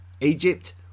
Egypt